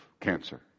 cancer